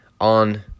On